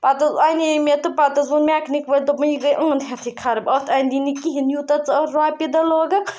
پَتہٕ حظ اَنے مےٚ تہٕ پَتہٕ حظ ووٚن میٚکنِک وٲلۍ دوٚپُن یہِ گٔیٚے اَنٛد ہٮ۪تھٕے خراب اَتھ اَندی نہٕ کِہیٖنۍ یوٗتاہ ژٕ اَتھ رۄپیہِ دَہ لاگَکھ